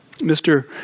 Mr